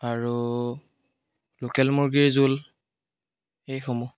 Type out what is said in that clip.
আৰু লোকেল মুৰ্গীৰ জোল এইসমূহ